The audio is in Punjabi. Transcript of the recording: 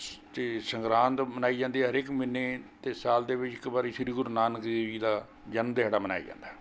ਸ ਅਤੇ ਸੰਗਰਾਂਦ ਮਨਾਈ ਜਾਂਦੀ ਹਰੇਕ ਮਹੀਨੇ ਅਤੇ ਸਾਲ ਦੇ ਵਿੱਚ ਇੱਕ ਵਾਰੀ ਸ਼੍ਰੀ ਗੁਰੂ ਨਾਨਕ ਦੇਵ ਜੀ ਦਾ ਜਨਮ ਦਿਹਾੜਾ ਮਨਾਇਆ ਜਾਂਦਾ